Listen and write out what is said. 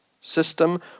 system